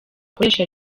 akoresha